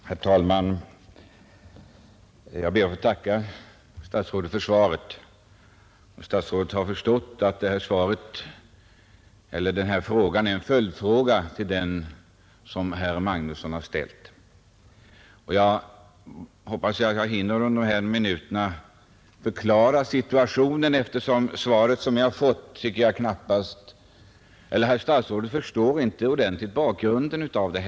Herr talman! Jag ber att få tacka industriministern för svaret. Industriministern har förstått att denna fråga är en följdfråga till den som herr Magnusson ställde. Jag hoppas under dessa minuter hinna förklara situationen, eftersom industriministern inte tillräckligt förstår bakgrunden till den.